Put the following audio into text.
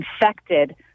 infected